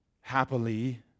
Happily